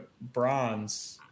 bronze